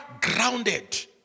grounded